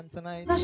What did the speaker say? Tonight